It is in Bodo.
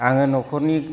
आङो न'खरनि